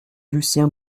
lucien